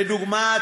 לדוגמה,